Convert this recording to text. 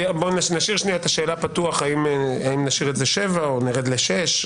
נשאיר את השאלה פתוחה האם נשאיר את זה שבע שנים או נרד לשש שנים,